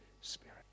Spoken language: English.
Spirit